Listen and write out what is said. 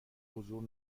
حضور